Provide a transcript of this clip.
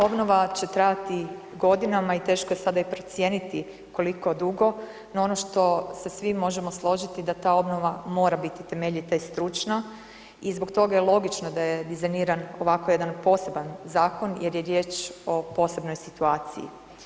Obnova će trajati godina i teško je sada i procijeniti koliko dugo, no ono što se svi možemo složiti da ta obnova mora biti temeljita i stručna i zbog toga je logično da je dizajniran ovako jedan poseban zakon jer je riječ o posebnoj situaciji.